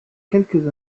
quelques